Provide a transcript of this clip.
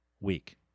week